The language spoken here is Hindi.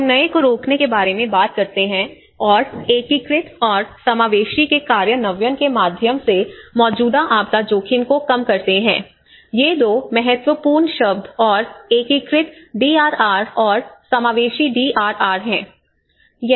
हम नए को रोकने के बारे में बात करते हैं और एकीकृत और समावेशी के कार्यान्वयन के माध्यम से मौजूदा आपदा जोखिम को कम करते हैं ये दो महत्वपूर्ण शब्द और एकीकृत डी आर आर और समावेशी डी आर आर हैं